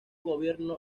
gobierno